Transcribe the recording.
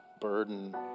burden